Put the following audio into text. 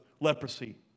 leprosy